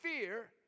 fear